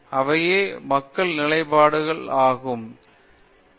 பேராசிரியர் பிரதாப் ஹரிதாஸ் அவையே மக்கள் நிலைப்பாடுகள் ஆகும் பேராசிரியர் உஷா மோகன் ஆமாம் நமக்கு